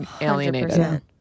alienated